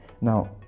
Now